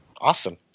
Awesome